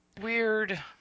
weird